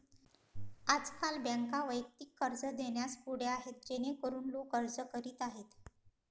आजकाल बँका वैयक्तिक कर्ज देण्यास पुढे आहेत जेणेकरून लोक अर्ज करीत आहेत